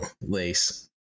Lace